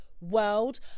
World